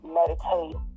meditate